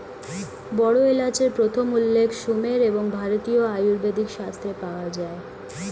বড় এলাচের প্রথম উল্লেখ সুমের এবং ভারতীয় আয়ুর্বেদিক শাস্ত্রে পাওয়া যায়